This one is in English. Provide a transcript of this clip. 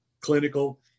clinical